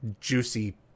juicy